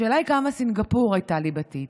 השאלה היא כמה סינגפור הייתה ליבתית.